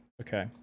Okay